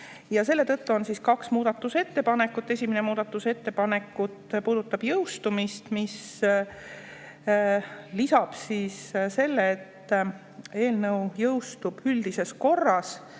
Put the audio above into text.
Selle tõttu ongi kaks muudatusettepanekut. Esimene muudatusettepanek puudutab jõustumist. Lisatakse see, et eelnõu jõustub üldises korras,